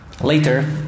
Later